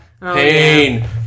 Pain